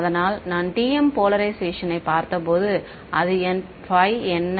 அதனால் நான் TM போலரைஷேஷனை பார்த்தபோது என் phi என்ன